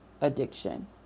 addiction